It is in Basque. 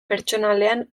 pertsonalean